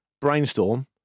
brainstorm